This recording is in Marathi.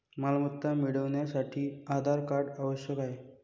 मालमत्ता मिळवण्यासाठी आधार कार्ड आवश्यक आहे